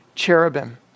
cherubim